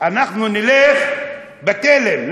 אנחנו נלך בתלם.